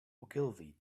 ogilvy